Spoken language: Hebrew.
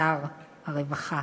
שר הרווחה